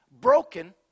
broken